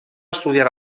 estudiar